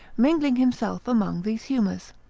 mingling himself among these humours.